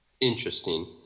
interesting